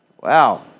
Wow